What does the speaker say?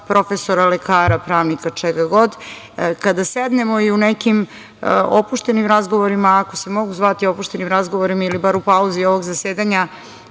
profesora, lekara, pravnika, čega god, kada sednemo i u nekim opuštenim razgovorima, ako se mogu zvati opuštenim razgovorima, ili bar u pauzi ovog zasedanja,